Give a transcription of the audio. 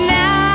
now